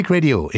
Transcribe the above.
Radio